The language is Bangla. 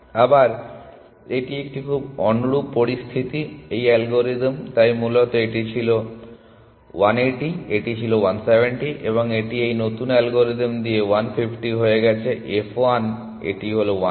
আবার এটি একটি খুব অনুরূপ পরিস্থিতি এই অ্যালগরিদম তাই মূলত এটি ছিল 180 এটি ছিল 170 এবং এটি এই নতুন অ্যালগরিদম দিয়ে 150 হয়ে গেছে f 1 এটি হলো 130 এবং এটি 120